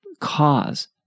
cause